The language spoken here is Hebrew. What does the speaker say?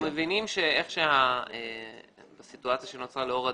אנחנו מבינים שבסיטואציה שנוצרה לאור הדיונים,